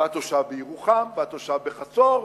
והתושב בירוחם, והתושב בחצור,